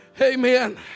Amen